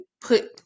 put